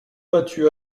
battus